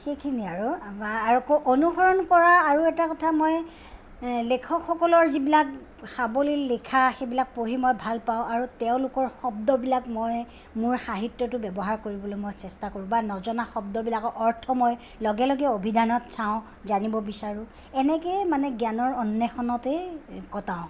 সেইখিনি আৰু বা আকৌ অনুসৰণ কৰা আৰু এটা কথা মই লেখকসকলৰ যিবিলাক সাৱলীল লিখা সেইবিলাক পঢ়ি মই ভালপাওঁ আৰু তেওঁলোকৰ শব্দবিলাক মই মোৰ সাহিত্যতো ব্যৱহাৰ কৰিবলৈ মই চেষ্টা কৰোঁ বা নজনা শব্দবিলাকৰ অৰ্থ মই লগে লগে অভিধানত চাওঁ জানিব বিচাৰো এনেকৈয়ে মানে জ্ঞানৰ অন্বেষণতেই কটাওঁ সময়খিনি